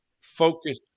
focus